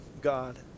God